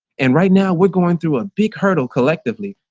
and right now we're going through a big hurdle collectively,